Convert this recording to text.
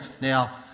now